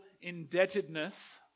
indebtedness